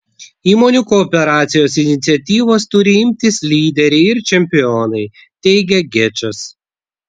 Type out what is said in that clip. įmonių kooperacijos iniciatyvos turi imtis lyderiai ir čempionai teigia gečas